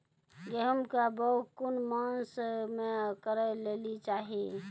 गेहूँमक बौग कून मांस मअ करै लेली चाही?